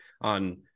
on –